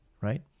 Right